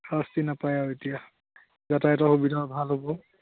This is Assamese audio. শাস্তি নাপায় আৰু এতিয়া যাতায়তৰ সুবিধাও ভাল হ'ব